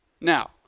Now